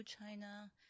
China